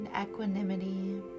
equanimity